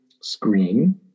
screen